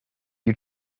you